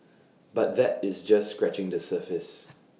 but that is just scratching the surface